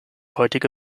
heutige